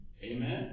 Amen